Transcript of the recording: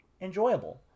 enjoyable